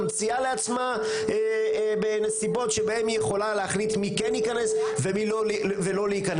ממציאה לעצמה בנסיבות שבהן היא יכולה להחליט מי כן ייכנס ומי לא ייכנס,